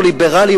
הוא ליברלי,